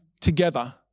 together